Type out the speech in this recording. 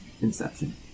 inception